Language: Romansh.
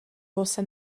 vossa